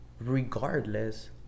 regardless